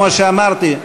כמו שאמרתי,